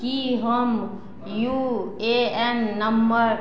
कि हम U A N number